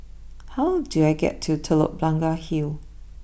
how do I get to Telok Blangah Hill